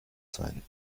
sein